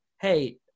hey